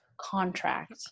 contract